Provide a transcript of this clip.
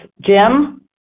Jim